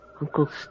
Uncle